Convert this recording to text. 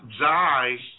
die